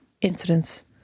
incidents